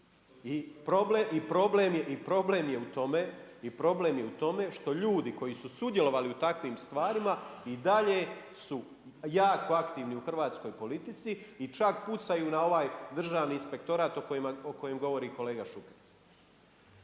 I problem je u tome što ljudi koji su sudjelovali u takvim stvarima i dalje su jako aktivni u hrvatskoj politici i čak pucaju na ovaj državni inspektorat o kojem govori kolega Šuker.